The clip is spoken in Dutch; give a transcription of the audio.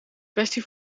kwestie